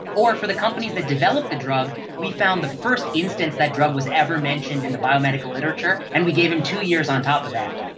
or for the companies that developed the drug we found the first instance that drug was ever mentioned in the biomedical literature and we gave them two years on top of that.